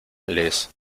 les